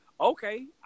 okay